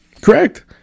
correct